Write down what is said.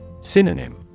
Synonym